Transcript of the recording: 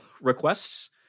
requests